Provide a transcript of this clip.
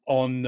on